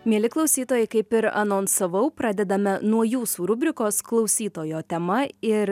mieli klausytojai kaip ir anonsavau pradedame nuo jūsų rubrikos klausytojo tema ir